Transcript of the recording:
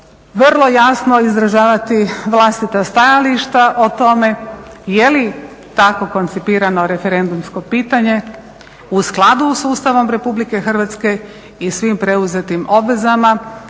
vrlo jasno izražavati vlastita stajališta o tome je li tako koncipirano referendumsko pitanje u skladu s Ustavom Republike Hrvatske i svim preuzetim obvezama